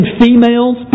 females